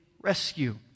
rescue